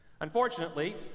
Unfortunately